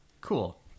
Cool